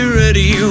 ready